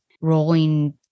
rolling